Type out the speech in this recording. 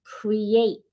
create